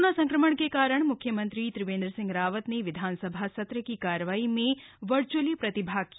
corona संक्रमण के कारण मुख्यमंत्री त्रिवेंद्र सिंह रावत ने विधानसभा सत्र की कार्यवाही में वर्च्अली प्रतिभाग किया